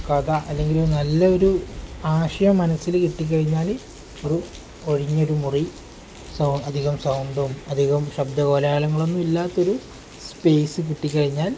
കഥ അല്ലെങ്കിൽ നല്ലൊരു ആശയം മനസ്സിൽ കിട്ടിക്കഴിഞ്ഞാൽ ഒരു ഒഴിഞ്ഞൊരു മുറി അധികം സൗണ്ടും അധികം ശബ്ദകോലാലങ്ങളൊന്നും ഇല്ലാത്തൊരു സ്പേസ് കിട്ടിക്കഴിഞ്ഞാൽ